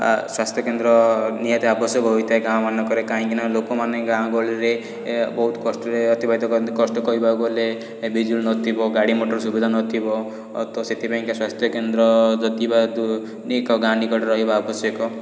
ବା ସ୍ୱାସ୍ଥ୍ୟକେନ୍ଦ୍ର ନିହାତି ଆବଶ୍ୟକ ହୋଇଥାଏ ଗାଁମାନଙ୍କରେ କାହିଁକି ନା ଲୋକମାନେ ଗାଁ ଗହଳିରେ ବହୁତ କଷ୍ଟରେ ଅତିବାହିତ କରନ୍ତି କଷ୍ଟ କହିବାକୁ ଗଲେ ବିଜୁଳି ନ ଥିବ ଗାଡ଼ି ମଟର ସୁବିଧା ନ ଥିବ ତ ସେଥିପାଇଁ କା ସ୍ୱାସ୍ଥ୍ୟକେନ୍ଦ୍ର ଯଦି ବା ଦୁ ଏକ ଗାଁ ନିକଟରେ ରହିବା ଆବଶ୍ୟକ